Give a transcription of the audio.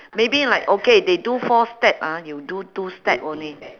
maybe like okay they do four step ah you do two step only